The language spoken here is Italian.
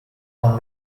con